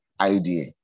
idea